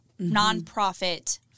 nonprofit